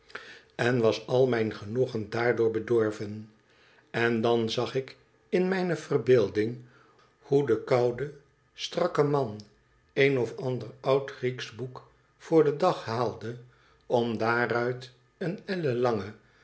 en was al mijn genoegen daardoor bedorven en dan zag ik in mijne verbeelding hoe de koude strakke man een of ander oud grieksch book voor den dag haalde om daaruit een ellenlange